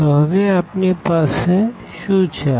તો હવે આપણી પાસે શું છે